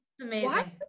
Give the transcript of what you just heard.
amazing